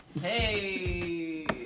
Hey